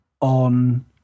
on